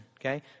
okay